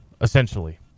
essentially